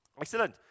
Excellent